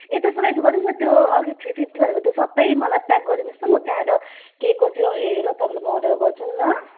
ए त्यसो भए यसो गर्नुहोस् न त्यो अघि थ्री फिफ्टी भनेको त्यो सबै मलाई प्याक गरिदिनु होस् त म त्यहाँ आएर के केहरू चाहिँ हेरेरै म तपाईँलाई अर्डर गर्छु नि ल